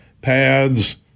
pads